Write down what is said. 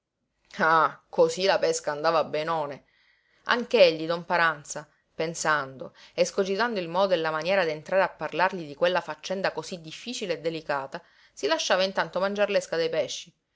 cosí la pesca andava benone anch'egli don paranza pensando escogitando il modo e la maniera d'entrare a parlargli di quella faccenda cosí difficile e delicata si lasciava intanto mangiar l'esca dai pesci